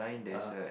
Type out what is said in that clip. (uh huh)